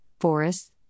forests